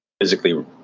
physically